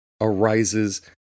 arises